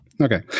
Okay